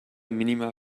minima